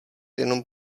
jenom